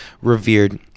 revered